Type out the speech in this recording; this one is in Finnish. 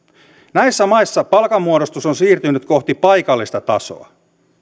näissä maissa palkanmuodostus on siirtynyt kohti paikallista tasoa